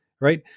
right